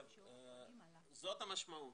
זאת המשמעות.